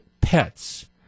pets